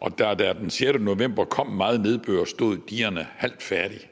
og da der den 6. november kom meget nedbør, stod digerne halvt færdige.